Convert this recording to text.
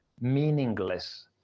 meaningless